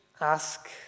ask